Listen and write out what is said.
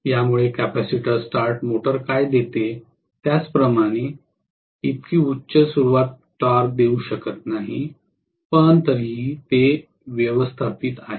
यामुळे capacitor start motor काय देते त्याप्रमाणे इतकी उच्च सुरुवात टॉर्क देऊ शकत नाही पण तरीही ते व्यवस्थापित आहे